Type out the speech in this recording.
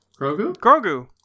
Grogu